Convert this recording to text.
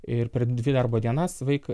ir per dvi darbo dienas vaiką